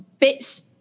bits